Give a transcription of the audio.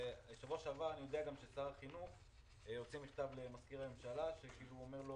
אני יודע שגם ששר החינוך הוציא מכתב למזכיר הממשלה שהוא אומר לו